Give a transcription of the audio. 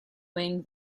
wing